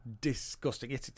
Disgusting